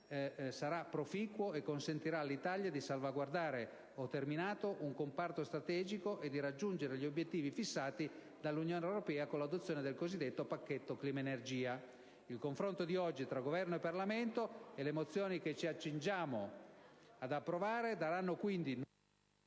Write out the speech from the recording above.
sarà proficuo e consentirà all'Italia di salvaguardare un comparto strategico e di raggiungere gli obiettivi fissati dall'Unione Europea con l'adozione del cosiddetto pacchetto clima-energia. Il confronto di oggi tra Governo e Parlamento e le mozioni che ci accingiamo ad approvare daranno quindi